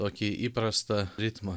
tokį įprastą ritmą